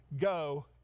go